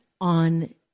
on